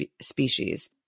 species